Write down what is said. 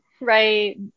Right